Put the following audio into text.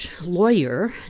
lawyer